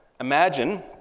Imagine